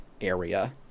area